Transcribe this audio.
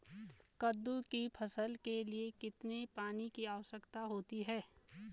कद्दू की फसल के लिए कितने पानी की आवश्यकता होती है?